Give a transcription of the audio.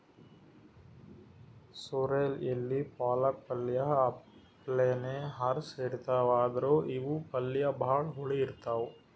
sorrel ಎಲಿ ಪಾಲಕ್ ಪಲ್ಯ ಅಪ್ಲೆನೇ ಹಸ್ರ್ ಇರ್ತವ್ ಆದ್ರ್ ಇವ್ ಪಲ್ಯ ಭಾಳ್ ಹುಳಿ ಇರ್ತವ್